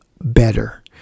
better